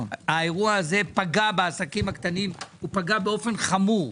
האירוע הזה פגע בעסקים הקטנים באופן חמור,